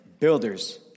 Builders